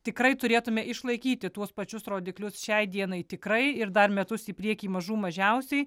tikrai turėtume išlaikyti tuos pačius rodiklius šiai dienai tikrai ir dar metus į priekį mažų mažiausiai